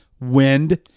wind